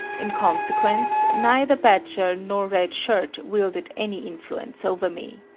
in consequence, neither badger nor red shirt wielded any influence over me.